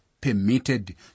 permitted